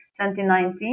2019